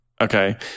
Okay